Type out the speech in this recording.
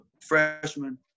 freshman